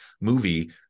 movie